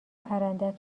پرنده